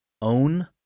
Own